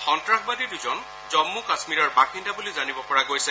সন্নাসবাদী দুজন জম্মু কাম্মীৰৰ বাসিন্দা বুলি জানিব পৰা গৈছে